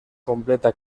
completa